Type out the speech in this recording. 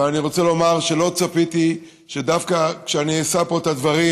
אבל אני רוצה לומר שלא צפיתי שכשאני אשא פה את הדברים,